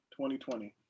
2020